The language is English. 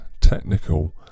technical